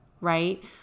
right